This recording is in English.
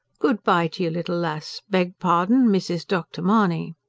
good-bye to you, little lass. beg pardon, mrs. dr. mahony!